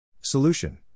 Solution